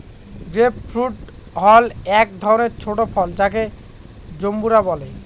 grape fruit হল এক ধরনের ছোট ফল যাকে জাম্বুরা বলে